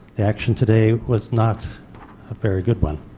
the action today was not a very good one.